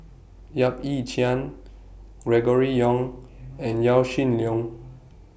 Yap Ee Chian Gregory Yong and Yaw Shin Leong